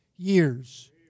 Years